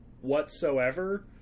whatsoever